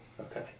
Okay